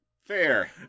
Fair